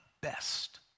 best